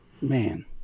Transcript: Man